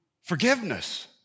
forgiveness